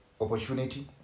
opportunity